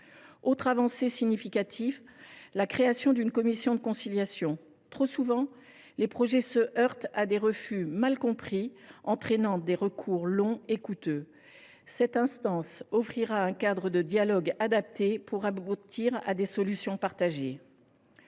autre avancée significative. Trop souvent, les projets se heurtent à des refus mal compris, entraînant des recours longs et coûteux. Cette instance offrira un cadre de dialogue adapté pour aboutir à des solutions partagées.